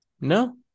No